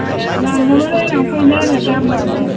ए लांनोबालाय लांफैदो आरो दामब्लाबो